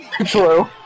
True